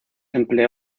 emplea